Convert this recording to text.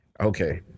Okay